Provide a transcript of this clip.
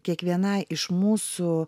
kiekvienai iš mūsų